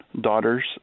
daughters